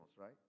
right